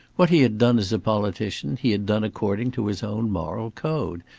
what he had done as a politician, he had done according to his own moral code,